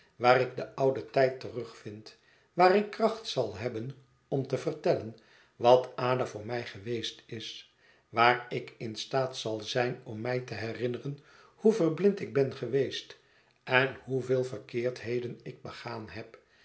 waar ik den ouden tijd terugvind waar ik kracht zal hebben om te vertellen wat ada voor mij geweest is waar ik in staat zal zijn om mij te herinneren hoe verblind ik ben geweest en hoeveel verkeerdheden ik begaan heb